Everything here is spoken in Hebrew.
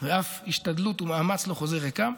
ואף השתדלות ומאמץ לא חוזרים ריקם,